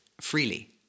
freely